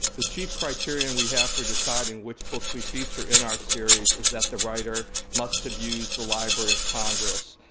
the chief criterion we have for deciding which books we feature in our series is that the writer must have used the library of congress,